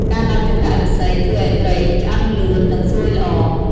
ការដោតចង្កាក់ឫស្សី ជួយឲ្យត្រីឆ្អិនលឿន និងស្រួយល្អ។